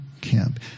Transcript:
camp